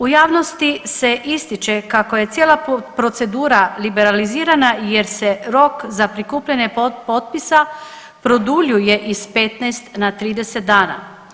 U javnosti se ističe kako je cijela procedura liberalizirana jer se rok za prikupljanje potpisa produljuje iz 15 na 30 dana.